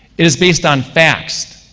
it is based on facts,